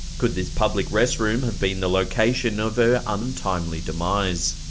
could this public restroom have been the location of her untimely demise?